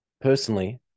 Personally